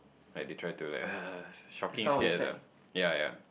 like they try to like shocking scares ah yea yea